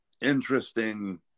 interesting